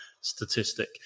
statistic